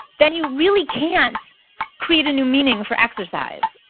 then you really can't create a new meaning for exercise,